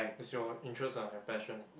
it's your interest lah your passion